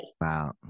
wow